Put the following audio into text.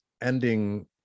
ending